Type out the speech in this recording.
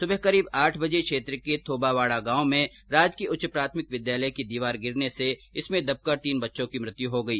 सुबह करीब आठ बजे क्षेत्र के थोवाबाड़ा गांव में राजकीय उच्च प्राथमिक विद्यालय की दीवार गिरने से इसमें दबकर तीन बच्चों की मृत्यु हो गई